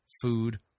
food